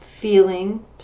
feeling